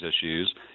issues